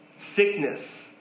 sickness